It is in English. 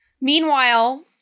Meanwhile